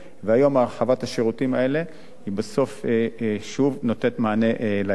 והיום הרחבת השירותים האלה היא בסוף שוב נותנת מענה לאזרח.